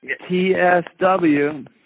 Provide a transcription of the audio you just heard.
TSW